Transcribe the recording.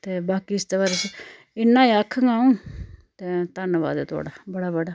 ते बाकी इसदे बारे च इ'न्ना ई आक्खङ अ'ऊं ते धन्नबाद ऐ थुआढ़ा बड़ा बड़ा